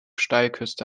steilküste